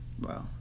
Wow